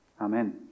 Amen